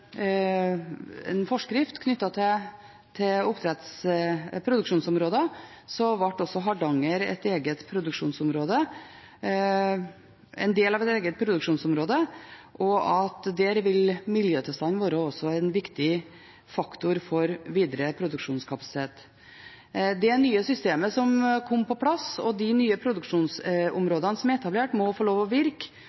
en forskrift knyttet til produksjonsområder, ble også Hardanger del av et eget produksjonsområde, og der vil miljøtilstanden også være en viktig faktor for videre produksjonskapasitet. Det nye systemet som kom på plass, og de nye